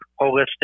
holistic